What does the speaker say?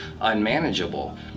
unmanageable